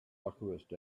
alchemist